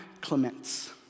Clements